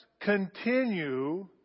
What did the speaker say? continue